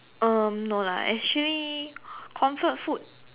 um no lah actually comfort food